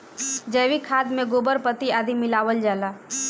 जैविक खाद में गोबर, पत्ती आदि मिलावल जाला